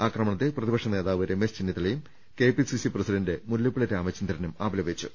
ആക്രമ ണത്തെ പ്രതിപക്ഷ നേതാവ് രമേശ് ചെന്നിത്തലയും K P C C president Mullappally രാമചന്ദ്രനും അപലപിച്ചു